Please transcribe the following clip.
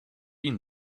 been